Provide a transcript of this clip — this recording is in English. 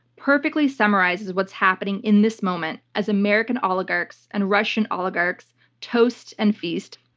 perfectly summarizes what's happening in this moment as american oligarchs and russian oligarchs toast and feast.